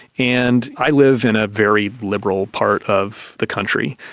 and i live in a very liberal part of the country,